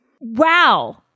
wow